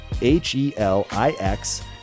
h-e-l-i-x